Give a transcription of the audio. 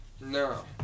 No